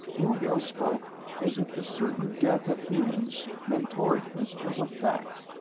rugel spoke as if the certain death of humans, mentorians, was a fact.